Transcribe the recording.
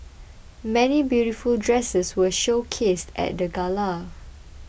many beautiful dresses were showcased at the gala